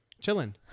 chilling